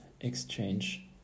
exchange